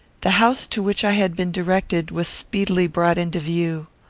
the house to which i had been directed was speedily brought into view.